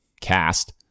cast